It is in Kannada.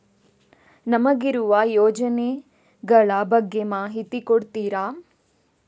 ನಮಗಿರುವ ಯೋಜನೆಗಳ ಬಗ್ಗೆ ಮಾಹಿತಿ ಕೊಡ್ತೀರಾ?